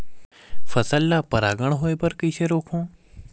फसल ल परागण होय बर कइसे रोकहु?